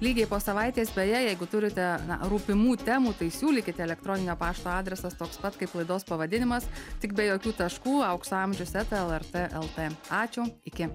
lygiai po savaitės beje jeigu turite na rūpimų temų tai siūlykite elektroninio pašto adresas toks pat kaip laidos pavadinimas tik be jokių taškų aukso amžius eta lrt lt ačiū iki